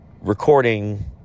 Recording